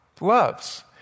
Loves